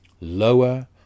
lower